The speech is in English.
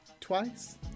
Twice